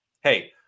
hey